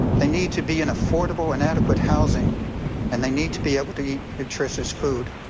they need to be in affordable and adequate housing and they need to be able to eat nutritious food.